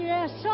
Yes